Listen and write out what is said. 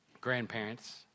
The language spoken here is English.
grandparents